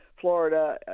Florida